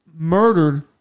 murdered